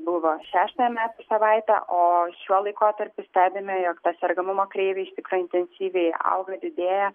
buvo šeštąją metų savaitę o šiuo laikotarpiu stebime jog ta sergamumo kreivė iš tikro intensyviai auga didėja